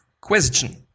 Question